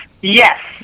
Yes